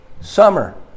summer